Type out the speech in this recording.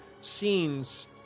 scenes